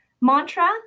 mantra